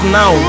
now